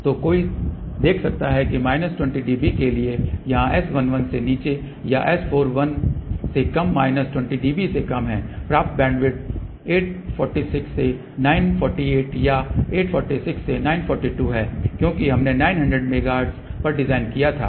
तो कोई देख सकता है कि माइनस 20 dB के लिए या S11 से नीचे या S41 से कम माइनस 20 dB से कम है प्राप्त बैंडविड्थ 846 से 948 या 846 से 942 है क्योंकि हमने 900 मेगाहर्ट्ज पर डिजाइन किया था